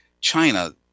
China